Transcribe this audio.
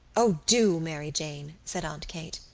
o, do, mary jane, said aunt kate.